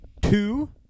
Two